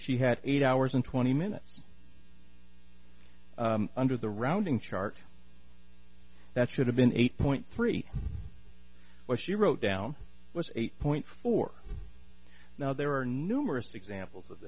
she had eight hours and twenty minutes under the rounding chart that should have been eight point three what she wrote down was eight point four now there are numerous examples of